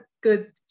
good